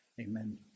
amen